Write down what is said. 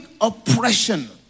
oppression